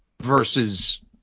versus